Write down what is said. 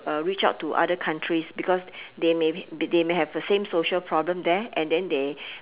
uh reach out to other countries because they may they may have the same social problem there and then they